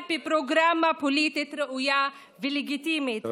בפרוגרמה פוליטית ראויה ולגיטימית.